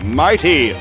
mighty